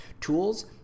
tools